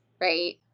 right